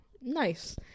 nice